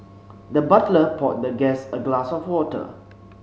the butler poured the guest a glass of water